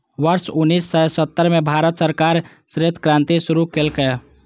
वर्ष उन्नेस सय सत्तर मे भारत सरकार श्वेत क्रांति शुरू केलकै